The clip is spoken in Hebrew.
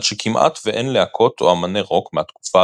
עד שכמעט ואין להקות או אמני רוק מהתקופה